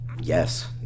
yes